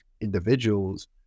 individuals